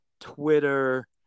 Twitter